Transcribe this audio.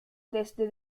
desde